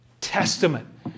Testament